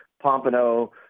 pompano